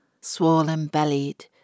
swollen-bellied